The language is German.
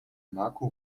marco